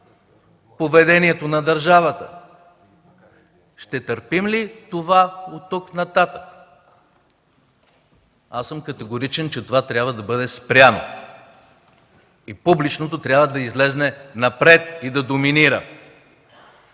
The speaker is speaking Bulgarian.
поведението на държавата. Ще търпим ли това от тук нататък? Аз съм категоричен, че това трябва да бъде спряно и публичното трябва да излезе напред и да доминира!